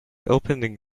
opening